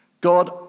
God